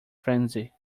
frenzy